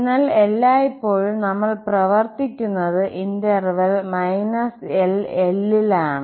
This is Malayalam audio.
എന്നാൽ എല്ലായ്പ്പോഴും നമ്മൾ പ്രവർത്തിക്കുന്നത് ഇന്റർവെൽ LL ൽ ആണ്